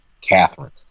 Catherine